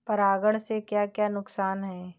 परागण से क्या क्या नुकसान हैं?